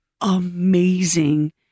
amazing